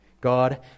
God